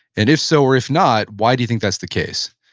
and if so or if not why do you think that's the case?